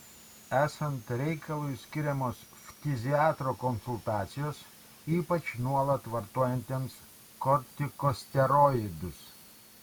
esant reikalui skiriamos ftiziatro konsultacijos ypač nuolat vartojantiems kortikosteroidus